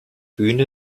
bühne